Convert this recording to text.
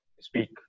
speak